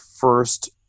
first